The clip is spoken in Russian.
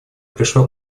пришла